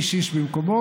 איש-איש במקומו,